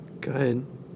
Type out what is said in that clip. Good